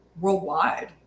worldwide